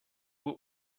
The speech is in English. what